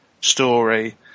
story